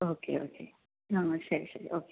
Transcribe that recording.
okay okay ആ ശരി ശരി ഓക്കേ താങ്ക് യൂ